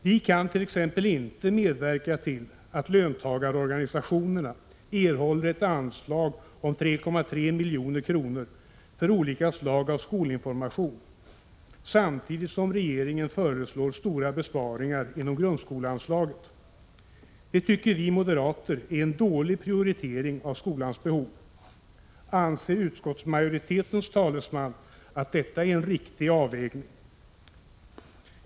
Vi kan t.ex. inte medverka till att löntagarorganisationerna erhåller ett anslag om 3,3 milj.kr. för olika slag av skolinformation, samtidigt som regeringen föreslår stora besparingar inom grundskoleanslaget. Det tycker vi är en dålig prioritering av skolans behov. Anser utskottsmajoritetens talesman att detta är en riktig avvägning?